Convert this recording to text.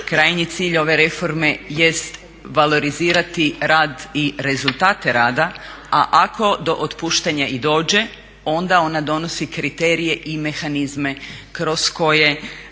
Krajnji cilj ove reforme jest valorizirati rad i rezultate rada, a ako do otpuštanja i dođe onda ona donosi kriterije i mehanizme kroz koje